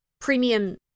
Premium